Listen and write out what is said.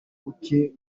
buke